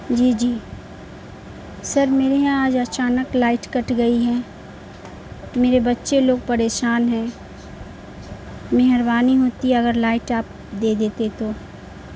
جی جی سر میرے یہاں آج اچانک لائٹ کٹ گئی ہیں میرے بچے لوگ پریشان ہیں مہربانی ہوتی ہے اگر لائٹ آپ دے دیتے تو